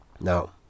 now